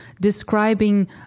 describing